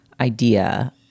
idea